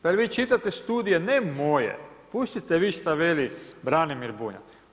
Pa jel vi čitate studije ne moje, pustite vi šta veli Branimir Bunjac.